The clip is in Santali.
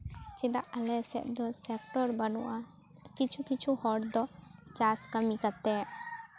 ᱪᱮᱫᱟᱜ ᱟᱞᱮ ᱥᱮᱫ ᱫᱚ ᱥᱮᱠᱴᱚᱨ ᱵᱟᱹᱱᱩᱜᱼᱟ ᱠᱤᱪᱷᱩ ᱠᱤᱪᱷᱩ ᱦᱚᱲ ᱫᱚ ᱪᱟᱥ ᱠᱟᱢᱤ ᱠᱟᱛᱮᱫ